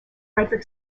fredrik